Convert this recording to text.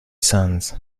sons